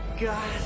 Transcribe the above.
God